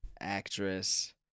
actress